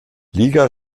liga